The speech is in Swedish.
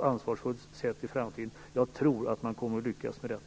ansvarsfullt sätt i framtiden. Jag tror att man kommer att lyckas med detta.